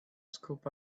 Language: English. scoop